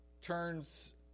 turns